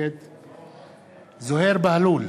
נגד זוהיר בהלול,